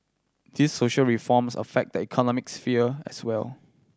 these social reforms affect the economic sphere as well